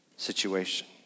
situation